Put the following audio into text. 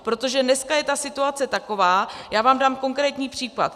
Protože dneska je ta situace taková já vám dám konkrétní příklady.